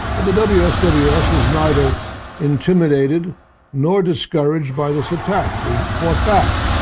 the wsws wsws was neither intimidated nor discouraged by this attack. we fought back.